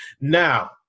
now